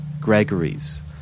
Gregory's